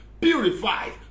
purified